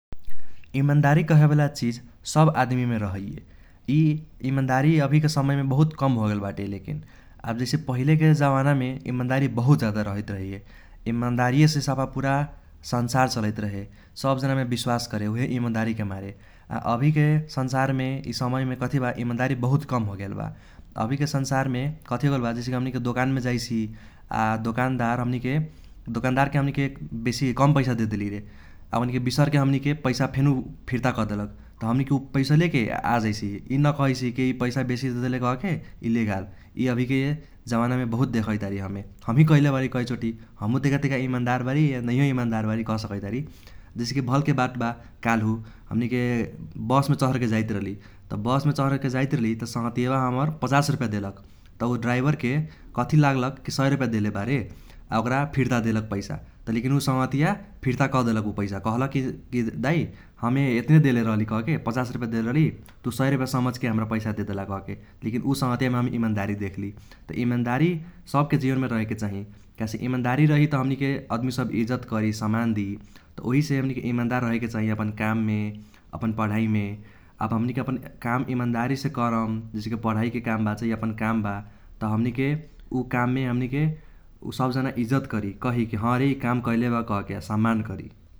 ईमानदारी कहे वाला चीज सब आदमीमे रहैये । इ ईमानदारी अभीके समयमे बहुत कम होगेल बाटे । लेकिन अब जैसेकी पहिलेके जमानामे ईमानदारी बहुत ज्यादा रहैत रहैये । इमानदारिएसे साफा पुरा संसार चलैत रहै । सब जनामे बिस्वास करे उहे इमानदारिके मारे । आ अभिके संसारमे ई समयमे कथी बा ईमानदारी बहुत कम होगेल बा। अभीके संसारमे कथी होगेल बा की जैसे हमनिके दोंकानमे जाईसी आ दोकानदार हमनिके दोकानदारके हमनीके कम पैसा देदीलि रे आ ओकनिके बिसरके हमनिके पैसा फेनु फिर्ता कदेलक त हमनिके ऊ पैसा लेके आजैसी ई न कहैसिकी पैसा बेसी देदेले कहके ई लेघाल। यी अभीके जमानामे बहुत देखैतारी हमे । हमीही कैले बारी कै चोटी, हमु तैका तैका ईमानदार बारी आ नैयों ईमानदार बारी कहसकैतारी । जैसेकी भलके बात बा कालहु हमनिके बसमे चहरके जाइत रहली त बसमे चहरके जाइत रहली त संगहतिया हमर पचास रुपैया देलक। त ऊ ड्राइवरके कथी लागलक की ऊ सय रुपैया देलेबारे आ ओक्रा फिर्ता देलक पैसा। त लेकिन उ संगहतिया फिर्ता कदेलक ऊ पैसा कहलक की दाई हमे एतने देलेरहली कहके पचास रुपैया देलरहली तु सय रुपैया समझके हम्रा पैसा देदेला कहके लेकिन। ऊ संगहटियामे हम ईमानदारी देखली । त ईमानदारी सबके जीवनमे रहेके चाही काहेसे ईमानदारी रही त हमनिके आदमी सब इज्जत करी सम्मान दी। त उहीसे हमनिके ईमानदार रहेके चाही अपन काममे, अपन पढ़ाईमे । आब हमनिके अपन काम इमानदारीसे करम जैसेकी पढ़ाईके काम बा चाही अपन काम बा त हमनिके ऊ काममे हमनिके ऊ सब जना इज्जत करी ,कहिकी ह रे इ काम कैले बा कहके आ सम्मान करी ।